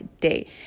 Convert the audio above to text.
day